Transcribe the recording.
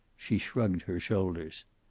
she shrugged her shoulders.